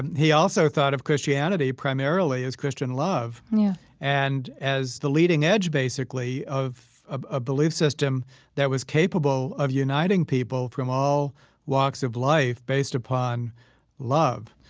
he also thought of christianity christianity primarily as christian love and as the leading edge basically of a belief system that was capable of uniting people from all walks of life based upon love.